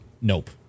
Nope